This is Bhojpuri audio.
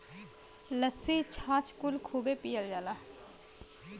लस्सी छाछ कुल खूबे पियल जाला